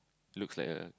looks like a